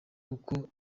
kuko